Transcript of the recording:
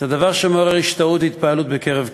זה דבר שמעורר השתאות והתפעלות בקרב כולם,